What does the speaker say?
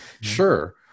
Sure